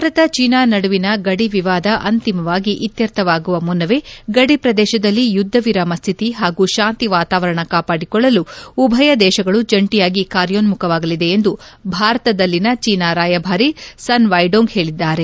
Bharat China ನಡುವಿನ ಗಡಿ ವಿವಾದ ಅಂತಿಮವಾಗಿ ಇತ್ಕರ್ಥವಾಗುವ ಮುನ್ನವೇ ಗಡಿ ಪ್ರದೇಶದಲ್ಲಿ ಯುದ್ಧ ವಿರಾಮ ಸ್ಥಿತಿ ಹಾಗೂ ಶಾಂತಿ ವಾತಾವರಣ ಕಾಪಾಡಿಕೊಳ್ಳಲು ಉಭಯ ದೇಶಗಳು ಜಂಟಿಯಾಗಿ ಕಾರ್ಯೋನ್ಮುಖವಾಗಲಿವೆ ಎಂದು ಭಾರತದಲ್ಲಿನ ಚೀನಾ ರಾಯಭಾರಿ ಸನ್ ವೈಡೋಂಗ್ ಹೇಳಿದ್ದಾರೆ